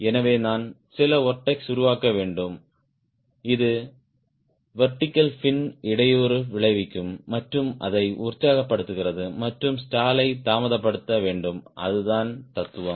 எனவே நான் சில வொர்ட்ஸ் உருவாக்க வேண்டும் இது வெர்டிகல் பின் இடையூறு விளைவிக்கும் மற்றும் அதை உற்சாகப்படுத்துகிறது மற்றும் ஸ்டாலை தாமதப்படுத்த வேண்டும் அதுதான் தத்துவம்